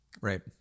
Right